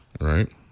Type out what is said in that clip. right